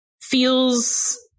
feels